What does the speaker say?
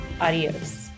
Adios